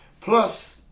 plus